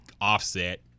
Offset